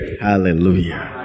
Hallelujah